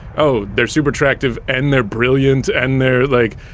oh, they're super attractive and they're brilliant and they're like,